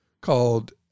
called